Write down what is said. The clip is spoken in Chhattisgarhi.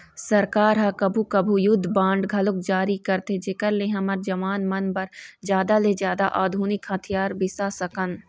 सरकार ह कभू कभू युद्ध बांड घलोक जारी करथे जेखर ले हमर जवान मन बर जादा ले जादा आधुनिक हथियार बिसा सकन